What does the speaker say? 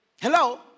Hello